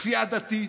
כפייה דתית,